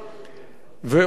אותן רשויות,